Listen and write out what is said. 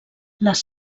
les